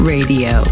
Radio